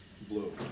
blue